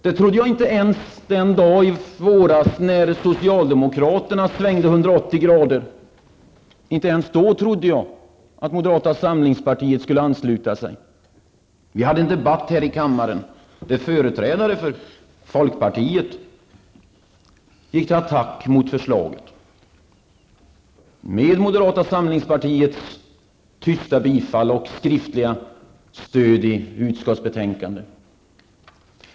Det trodde jag inte ens den dag i våras då socialdemokraterna svängde 180°. Vi hade en debatt här i kammaren, där företrädare för folkpartiet gick till attack mot förslaget med moderata samlingspartiets tysta bifall och skriftliga stöd i utskottsbetänkandet.